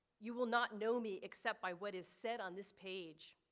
you will not know me except by what is said on this page.